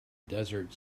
desert